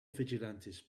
vigilantes